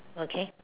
okay